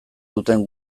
duten